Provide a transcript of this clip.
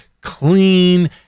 clean